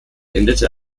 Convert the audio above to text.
endete